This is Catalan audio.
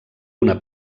una